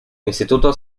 instituto